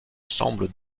semble